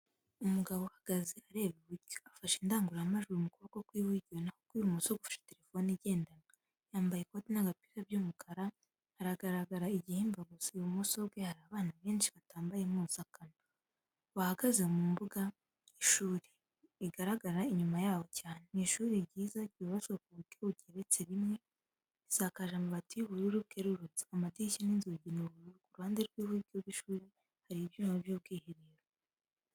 Umugabo uhagaze areba iburyo, afashe indangururamajwi mu kuboko kw'iburyo naho ukw'ibumoso gufashe terefoni igendanwa, yambaye ikoti n'agapira by'umukara, aragaragara igihimba gusa. Ibumoso bwe hari abana benshi batambaye impuzankano, bahagaze mu mbuga y'ishuri, rigaragara inyuma ya bo cyane. Ni ishuri ryiza, ryubatse ku buryo bugeretse rimwe, risakaje amabati y'ubururu bwerurutse, amadirishya n'inzugi ni ubururu. Ku ruhande rw'iburyo bw'ishuri hari ibyuma by'ubwiherero.